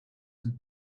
and